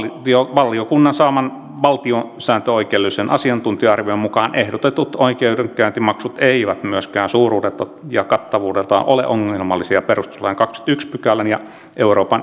valiokunnan saaman valtiosääntöoikeudellisen asiantuntija arvion mukaan ehdotetut oikeudenkäyntimaksut eivät myöskään suuruudeltaan ja kattavuudeltaan ole ongelmallisia perustuslain kahdennenkymmenennenensimmäisen pykälän ja euroopan